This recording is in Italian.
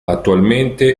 attualmente